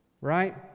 Right